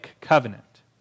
covenant